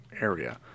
area